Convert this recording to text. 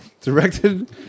directed